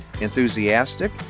enthusiastic